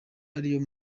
ariyo